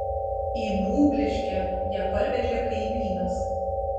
į būbliškę ją parvežė kaimynas